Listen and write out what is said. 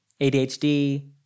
ADHD